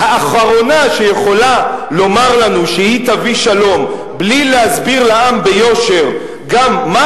האחרונה שיכולה לומר לנו שהיא תביא שלום בלי להסביר לעם ביושר גם מה